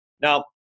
Now